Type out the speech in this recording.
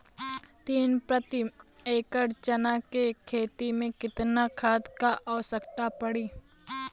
तीन प्रति एकड़ चना के खेत मे कितना खाद क आवश्यकता पड़ी?